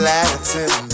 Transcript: Latin